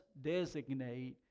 designate